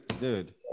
dude